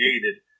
created